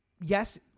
yes